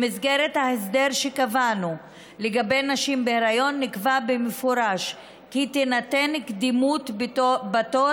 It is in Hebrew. במסגרת ההסדר שקבענו לגבי נשים בהיריון נקבע במפורש כי תינתן קדימות בתור